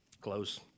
Close